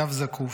והגב זקוף,